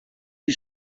you